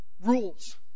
rules